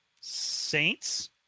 Saints